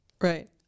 Right